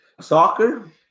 soccer